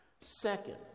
Second